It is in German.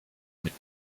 mit